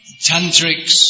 Tantrics